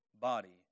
body